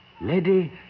Lady